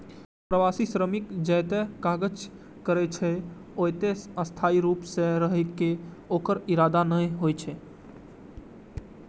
प्रवासी श्रमिक जतय काज करै छै, ओतय स्थायी रूप सं रहै के ओकर इरादा नै होइ छै